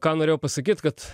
ką norėjau pasakyt kad